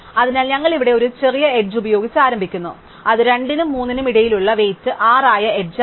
അതിനാൽ ഞങ്ങൾ ഇവിടെ ഒരു ചെറിയ എഡ്ജ് ഉപയോഗിച്ച് ആരംഭിക്കുന്നു അത് 2 നും 3 നും ഇടയിലുള്ള വെയ്റ്റ് 6 ആയ എഡ്ജ് ആണ്